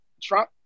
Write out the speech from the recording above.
Trump